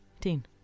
Dean